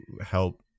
help